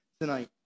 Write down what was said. tonight